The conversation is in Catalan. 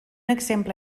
exemple